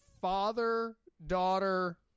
father-daughter